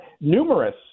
numerous